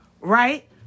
right